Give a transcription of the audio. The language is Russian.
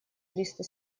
триста